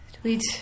Tweet